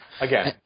again